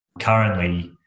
currently